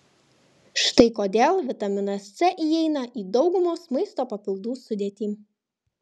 štai kodėl vitaminas c įeina į daugumos maisto papildų sudėtį